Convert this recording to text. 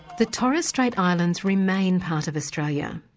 the torres strait islands remain part of australia,